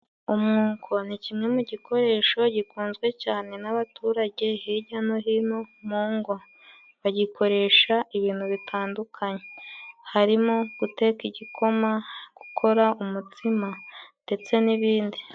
Umwuko ni kimwe mu gikoresho gikunzwe cyane, n'abaturage hirya no hino mu ngo, bagikoresha ibintu bitandukanye, harimo: guteka igikoma, gukora umutsima ndetse n'ibindi.